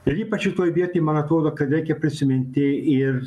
ir ypač šitoj vietoj man atrodo kad reikia prisiminti ir